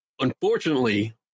Unfortunately